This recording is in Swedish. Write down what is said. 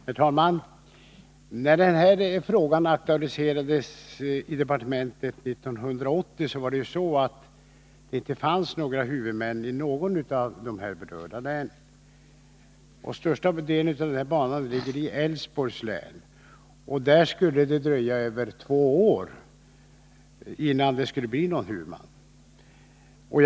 Herr talman! När den här frågan aktualiserades i departementet 1980, fanns det inte några huvudmän i något av de berörda länen. Den längsta bandelen ligger i Älvsborgs län, och där skulle det dröja över två år innan man hade någon huvudman.